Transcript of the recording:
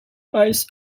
ice